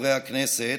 הכנסת,